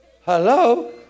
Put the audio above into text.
Hello